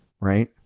right